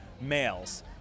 males